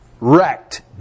Wrecked